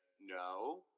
no